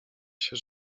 się